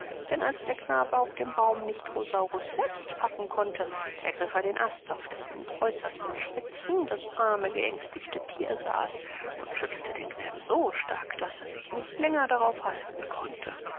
denn als der knabe auf dem baum nicht rosaurus selbst packen konnte ergriff er den ast auf dessen äußersten spitzen das arme geängstete thier saß und schüttelte denselben so stark daß er sich nicht länger darauf halten konnte